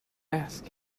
ask